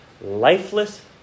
lifeless